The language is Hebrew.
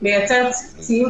לייצר ציות.